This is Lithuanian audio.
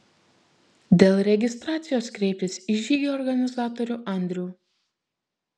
dėl registracijos kreiptis į žygio organizatorių andrių